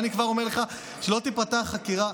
ואני כבר אומר לך שלא תיפתח חקירה